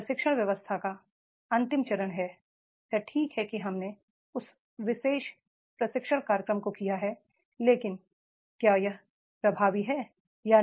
प्रशिक्षण व्यवस्था का अंतिम चरण है यह ठीक है कि हमने उस विशेष प्रशिक्षण कार्यक्रम को किया है लेकिन क्या यह प्रभावी है या नहीं